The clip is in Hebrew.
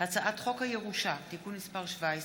הצעת חוק הירושה (תיקון מס 17),